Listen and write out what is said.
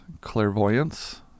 clairvoyance